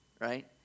right